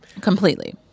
Completely